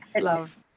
Love